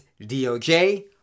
DOJ